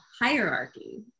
hierarchy